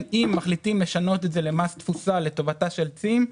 אם מחליטים לשנות את זה למס תפוסה לטובתה של צים,